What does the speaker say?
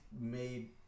made